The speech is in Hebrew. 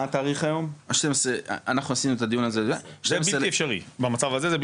זה בלתי אפשרי במצב הזה.